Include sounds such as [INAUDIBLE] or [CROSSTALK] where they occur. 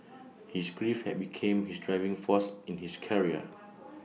[NOISE] his grief had become his driving force in his career [NOISE]